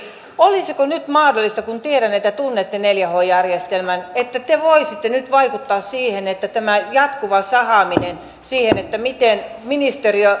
olisiko nyt mahdollista kun tiedän että tunnette neljä h järjestelmän että te voisitte nyt vaikuttaa siihen että tämä jatkuva sahaaminen siinä miten ministeriö